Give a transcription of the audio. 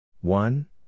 One